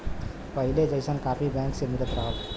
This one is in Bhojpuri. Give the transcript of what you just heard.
पहिले जइसन कापी बैंक से मिलत रहल